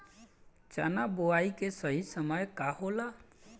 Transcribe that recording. चना बुआई के सही समय का होला?